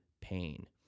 pain